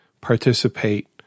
participate